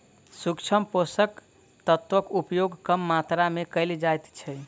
सूक्ष्म पोषक तत्वक उपयोग कम मात्रा मे कयल जाइत छै